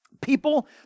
people